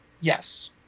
Yes